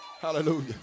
Hallelujah